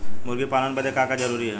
मुर्गी पालन बदे का का जरूरी ह?